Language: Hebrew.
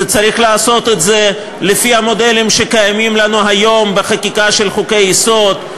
צריך לעשות את זה לפי המודלים שקיימים לנו היום בחקיקה של חוקי-יסוד,